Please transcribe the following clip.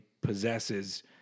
possesses